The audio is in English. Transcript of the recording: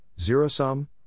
Zero-sum